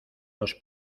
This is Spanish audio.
los